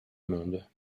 monde